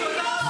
זה מה,